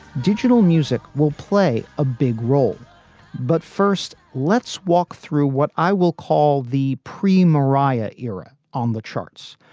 digital music will play a big role but first, let's walk through what i will call the pre mariah era on the charts.